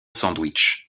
sandwich